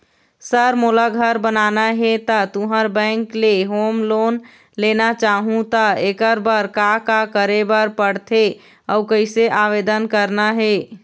Sir मोला घर बनाना हे ता तुंहर बैंक ले होम लोन लेना चाहूँ ता एकर बर का का करे बर पड़थे अउ कइसे आवेदन करना हे?